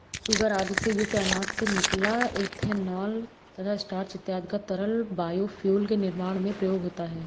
sugar आदि से युक्त अनाज से निकला इथेनॉल तथा स्टार्च इत्यादि का तरल बायोफ्यूल के निर्माण में प्रयोग होता है